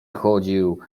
chodził